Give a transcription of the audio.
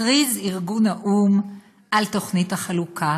הכריז ארגון האו"ם על תוכנית החלוקה